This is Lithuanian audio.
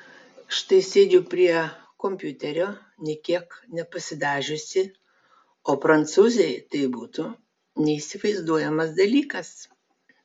štai sėdžiu prie kompiuterio nė kiek nepasidažiusi o prancūzei tai būtų neįsivaizduojamas dalykas